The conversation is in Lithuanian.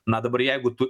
na dabar jeigu tu